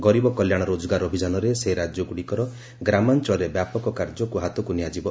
ଗରିବ କଲ୍ୟାଣ ରୋଜଗାର ଅଭିଯାନରେ ସେହି ରାଜ୍ୟଗ୍ରଡ଼ିକର ଗ୍ରାମାଞ୍ଚଳରେ ବ୍ୟାପକ କାର୍ଯ୍ୟ ହାତକୁ ନିଆଯିବ